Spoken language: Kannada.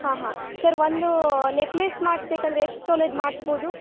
ಹಾಂ ಹಾಂ ಸರ್ ಒಂದೂ ನೆಕ್ಲೇಸ್ ಮಾಡಿಸ್ಬೇಕಂದ್ರೆ ಎಷ್ಟು ತೊಲೆದು ಮಾಡಿಸ್ಬೋದು